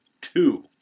Two